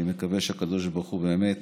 אני מקווה שהקדוש ברוך הוא באמת